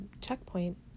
checkpoint